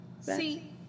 See